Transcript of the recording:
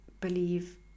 believe